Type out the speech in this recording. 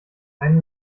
ein